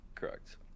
Correct